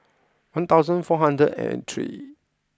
one thousand four hundred and three